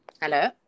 Hello